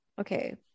Okay